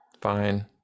Fine